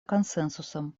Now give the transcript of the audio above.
консенсусом